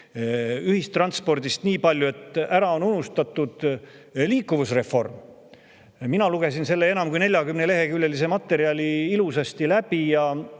Ühistranspordist nii palju, et ära on unustatud liikuvusreform. Mina lugesin selle enam kui 40-leheküljelise materjali ilusasti läbi.